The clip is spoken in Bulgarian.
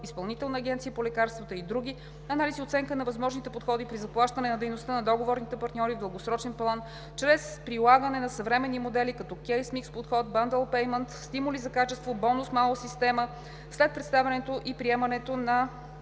Изпълнителна агенция по лекарствата и други, анализ и оценка на възможните подходи при заплащане на дейността на договорните партньори в дългосрочен план чрез прилагане на съвременни модели, като кейс-микс подход, bundle payment, стимули за качество – бонус-малус система, след представянето и приемането им